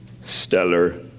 stellar